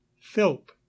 Philp